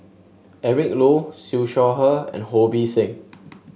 Eric Low Siew Shaw Her and Ho Bee Seng